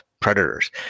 predators